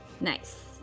Nice